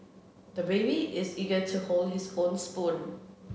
the baby is eager to hold his own spoon